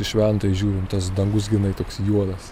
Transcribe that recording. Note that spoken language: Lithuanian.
į šventąją žiūriu tas dangus grynai toks juodas